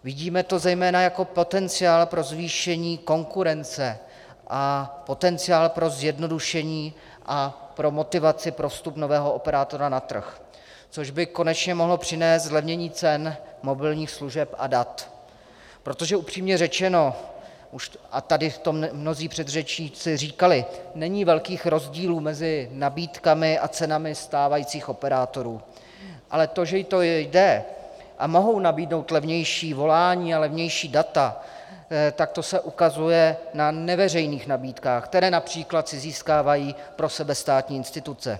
Vidíme to zejména jako potenciál pro zvýšení konkurence a potenciál pro zjednodušení a pro motivaci pro vstup nového operátora na trh, což by konečně mohlo přinést zlevnění cen mobilních služeb a dat, protože upřímně řečeno, a tady už to mnozí předřečníci říkali, není velkých rozdílů mezi nabídkami a cenami stávajících operátorů, ale to, že to jde a mohou nabídnout levnější volání a levnější data, to se ukazuje na neveřejných nabídkách, které například si získávají pro sebe státní instituce.